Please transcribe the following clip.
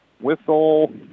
whistle